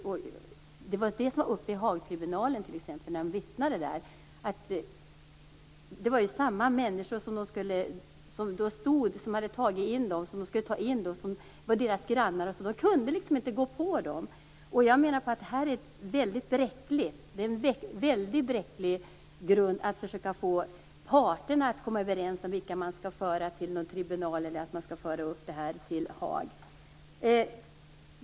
Det var det som t.ex. var uppe när de vittnade i Haagtribunalen - det var ju samma människor som stod där som hade tagit in dem, deras grannar osv. De kunde alltså inte gå på dem. Jag menar att det här är en väldigt bräcklig grund - att försöka få parterna att komma överens om vilka man skall föra till någon tribunal eller huruvida man skall föra upp det till Haag.